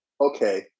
Okay